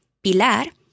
Pilar